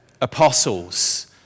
apostles